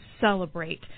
celebrate